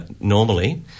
normally